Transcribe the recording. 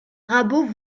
rabault